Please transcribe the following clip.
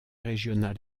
régional